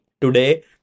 today